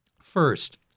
First